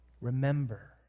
remember